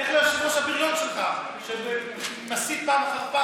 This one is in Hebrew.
לך ליושב-ראש הבריון שלך, שמסית פעם אחר פעם.